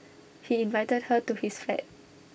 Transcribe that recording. he invited her to his flat